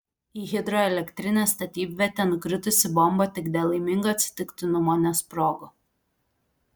į hidroelektrinės statybvietę nukritusi bomba tik dėl laimingo atsitiktinumo nesprogo